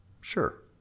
Sure